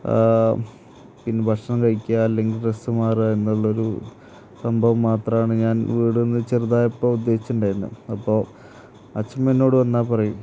പിന്നെ ഭക്ഷണം കഴിക്കുക അല്ലെങ്കിൽ ഡ്രെസ്സ് മാറുക എന്നുള്ളൊരു സംഭവം മാത്രമാണ് ഞാൻ വീട് എന്ന് ചെറുതായപ്പോൾ ഉദ്ദേശിച്ചിട്ടുണ്ടായിരുന്നത് അപ്പോൾ അച്ചമ്മ എന്നോട് വന്നാൽ പറയും